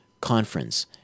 Conference